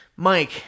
Mike